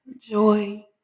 joy